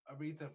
Aretha